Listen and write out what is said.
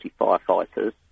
firefighters